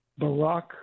Barack